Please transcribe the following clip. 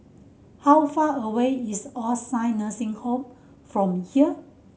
how far away is All Saint Nursing Home from here